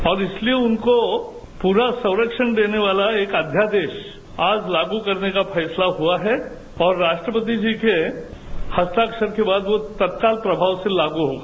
अब इसलिए उनको पूरा संरक्षण देने वाला एक अध्यादेश आज लागू करने का फैसला हुआ है और राष्ट्रपति जी के हस्ताक्षर के बाद वो तत्काल प्रभाव से लागू होगा